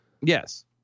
Yes